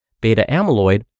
Beta-amyloid